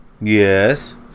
Yes